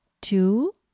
two